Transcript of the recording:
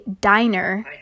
diner